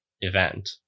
event